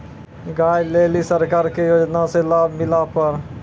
गाय ले ली सरकार के योजना से लाभ मिला पर?